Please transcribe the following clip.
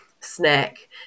snack